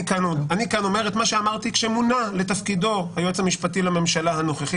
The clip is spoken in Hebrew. אני כאן אומר את מה שאמרתי כשמונה לתפקידו היועץ המשפטי לממשלה הנוכחי.